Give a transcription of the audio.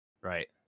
right